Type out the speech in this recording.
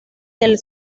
del